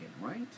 right